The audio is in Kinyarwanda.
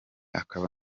akaba